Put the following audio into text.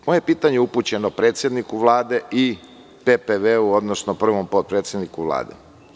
Moje pitanje je upućeno predsedniku Vlade i PPV-u, odnosno prvom potpredsedniku Vlade.